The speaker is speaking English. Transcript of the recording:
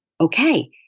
Okay